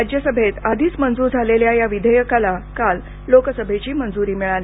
राज्यसभेत आधीच मंजूर झालेल्या या विधेयकाला काल लोकसभेची मंजूरी मिळाली